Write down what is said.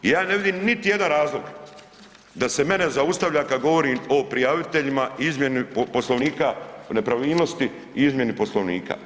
Ja ne vidim niti jedan razloga da se mene zaustavlja kad govorim o prijaviteljima i izmjeni Poslovnika o nepravilnosti i izmjeni Poslovnika.